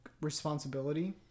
responsibility